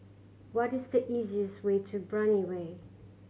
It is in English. what is the easiest way to Brani Way